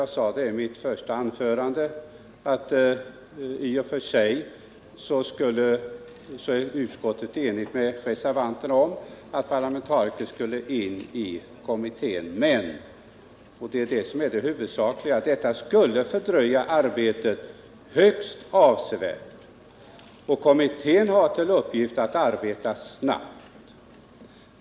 I mitt första anförande sade jag att utskottsmajoriteten i och för sig är överens med reservanterna om att parlamentariker skall komma in i kommittén, men — och det är det huvudsakliga — det skulle fördröja arbetet högst avsevärt, och kommittén har till uppgift att arbeta snabbt.